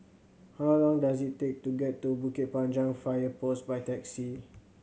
how long does it take to get to Bukit Panjang Fire Post by taxi